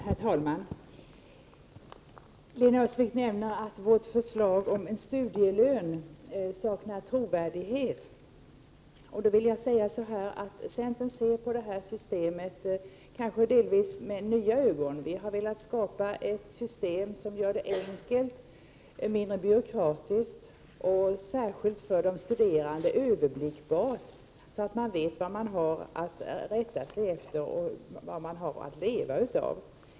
Herr talman! Lena Öhrsvik säger att vårt förslag om en studielön saknar trovärdighet. Jag vill då påpeka att centern ser på detta system med delvis nya ögon. Vi har velat skapa ett system som, särskilt för de studerande, är enkelt, mindre byråkratiskt och mer överblickbart så att man vet vad man har att rätta sig efter och leva utav.